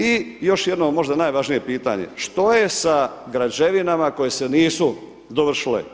I još jedno možda najvažnije pitanje, što je sa građevinama koje se nisu dovršile?